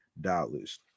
dollars